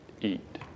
eat